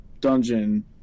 dungeon